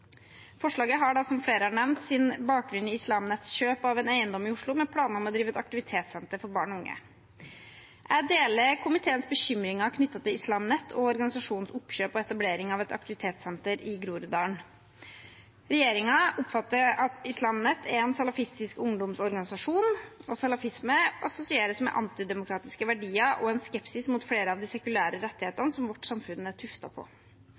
Forslaget har, som flere har nevnt, sin bakgrunn i Islam Nets kjøp av en eiendom i Oslo med planer om å drive et aktivitetssenter for barn og unge. Jeg deler komiteens bekymringer knyttet til Islam Net og organisasjonens oppkjøp og etablering av et aktivitetssenter i Groruddalen. Regjeringen oppfatter at Islam Net er en salafistisk ungdomsorganisasjon, og salafisme assosieres med antidemokratiske verdier og en skepsis mot flere av de sekulære rettighetene som vårt samfunn er tuftet på.